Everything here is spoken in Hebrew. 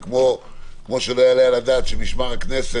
זה כמו שלא יעלה על הדעת שאת משמר הכנסת